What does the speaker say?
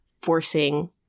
forcing